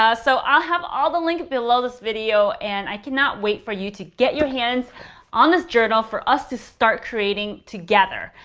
so i'll have all the links below this video. and i cannot wait for you to get your hands on this journal, for us to start creating together.